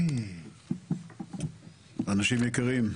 אנשים יקרים.